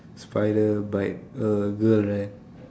spider bite a girl right